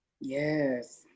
Yes